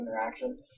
interaction